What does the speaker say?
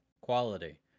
Quality